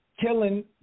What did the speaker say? killing